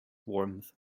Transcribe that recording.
warmth